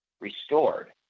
restored